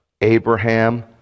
Abraham